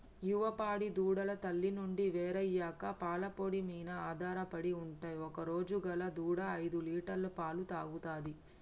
యువ పాడి దూడలు తల్లి నుండి వేరయ్యాక పాల పొడి మీన ఆధారపడి ఉంటయ్ ఒకరోజు గల దూడ ఐదులీటర్ల పాలు తాగుతది